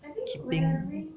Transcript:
keeping